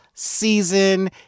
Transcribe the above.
season